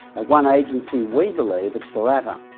at one agency, we believe it's the latter.